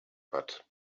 but